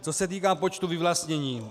Co se týká počtu vyvlastnění.